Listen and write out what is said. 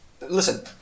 Listen